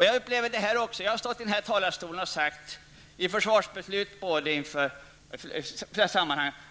I samband med olika försvarsbeslut har jag stått i den här talarstolen och sagt